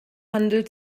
handel